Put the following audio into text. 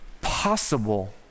possible